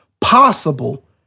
possible